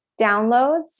downloads